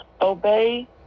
obey